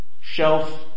shelf